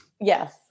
Yes